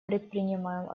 предпринимаем